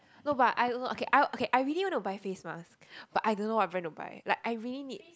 no but I don't know okay I I really want to buy face mace but I don't know what brand to buy like I really need